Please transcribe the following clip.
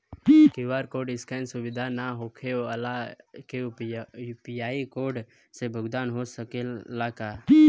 QR code scan सुविधा ना होखे वाला के यू.पी.आई कोड से भुगतान हो सकेला का?